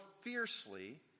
fiercely